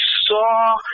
saw